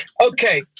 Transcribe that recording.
Okay